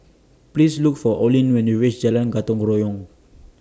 Please Look For Orlin when YOU REACH Jalan Gotong Royong